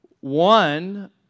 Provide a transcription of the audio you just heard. one